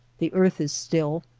the earth is still,